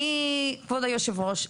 כבוד היושב-ראש,